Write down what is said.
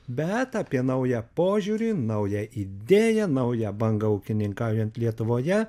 bet apie naują požiūrį naują idėją naują bangą ūkininkaujant lietuvoje